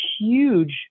huge